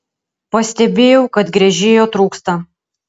pastebėjau kad gręžėjo trūksta